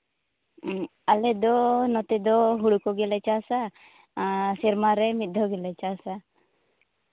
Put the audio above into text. ᱟᱞᱮ ᱫᱚ ᱱᱚᱛᱮ ᱫᱚ ᱦᱩᱲᱩ ᱠᱚᱜᱮᱞᱮ ᱪᱟᱥᱟ ᱟᱨ ᱥᱮᱨᱢᱟ ᱨᱮ ᱢᱤᱫ ᱫᱷᱟᱣ ᱜᱮᱞᱮ ᱪᱟᱥᱟ